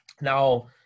now